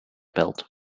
belt